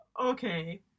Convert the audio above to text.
Okay